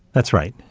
that's right.